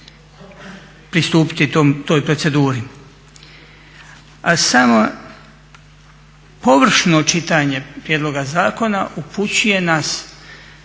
pristupiti toj proceduri. A samo površno čitanje prijedloga zakona upućuje nas